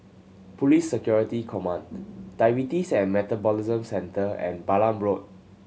Police Security Command Diabetes and Metabolism Centre and Balam Road